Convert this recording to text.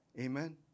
Amen